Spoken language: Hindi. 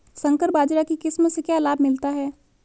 संकर बाजरा की किस्म से क्या लाभ मिलता है?